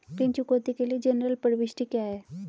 ऋण चुकौती के लिए जनरल प्रविष्टि क्या है?